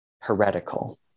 heretical